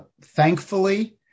Thankfully